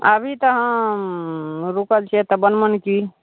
अभी तऽ हम रूकल छियै एतहुँ बनमनखी